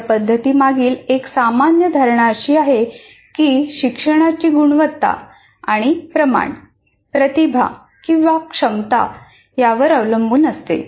या पध्दतीमागील एक सामान्य धारणा अशी आहे की शिक्षणाची गुणवत्ता आणि प्रमाण प्रतिभा किंवा क्षमता यावर अवलंबून असते